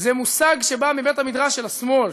זה מושג שבא מבית-המדרש של השמאל,